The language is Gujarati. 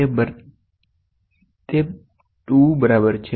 તે 2 બરાબર છે